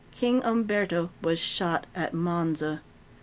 king umberto was shot at monzo.